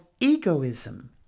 egoism